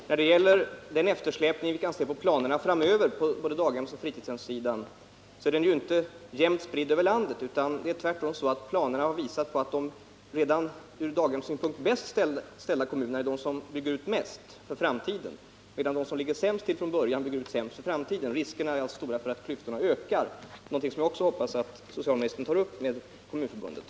Herr talman! Jag vill bara som en kommentar till det senaste säga att eftersläpningen i planerna framöver på daghemsoch fritidshemssidan inte är jämnt spridd över landet. Tvärtom har planerna visat att de kommuner som är bäst ställda i fråga om daghem också är de som bygger ut mest för framtiden, medan de som ligger sämst till bygger ut minst. Riskerna är alltså stora för att klyftorna ökar. Jag hoppas att socialministern tar upp även detta med Kommunförbundet.